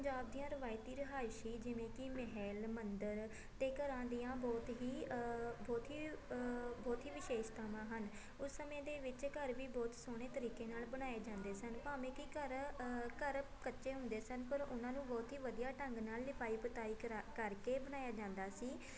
ਪੰਜਾਬ ਦੀਆਂ ਰਿਵਾਇਤੀ ਰਿਹਾਇਸ਼ੀ ਜਿਵੇਂ ਕਿ ਮਹਿਲ ਮੰਦਰ ਅਤੇ ਘਰਾਂ ਦੀਆਂ ਬਹੁਤ ਹੀ ਬਹੁਤ ਹੀ ਬਹੁਤ ਹੀ ਵਿਸ਼ੇਸ਼ਤਾਵਾਂ ਹਨ ਉਸ ਸਮੇਂ ਦੇ ਵਿੱਚ ਘਰ ਵੀ ਬਹੁਤ ਸੋਹਣੇ ਤਰੀਕੇ ਨਾਲ ਬਣਾਏ ਜਾਂਦੇ ਸਨ ਭਾਵੇਂ ਕਿ ਘਰ ਘਰ ਕੱਚੇ ਹੁੰਦੇ ਸਨ ਪਰ ਉਹਨਾਂ ਨੂੰ ਬਹੁਤ ਹੀ ਵਧੀਆ ਢੰਗ ਨਾਲ ਲਿਪਾਈ ਪਤਾਈ ਕਰਾ ਕਰਕੇ ਬਣਾਇਆ ਜਾਂਦਾ ਸੀ